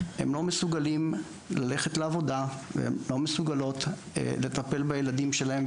הם לא מסוגלים ללכת לעבודה והן לא מסוגלות לטפל בילדים שלהן.